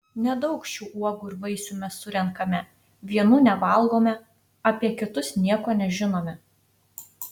nedaug šių uogų ir vaisių mes surenkame vienų nevalgome apie kitus nieko nežinome